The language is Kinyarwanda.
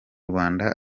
rwanda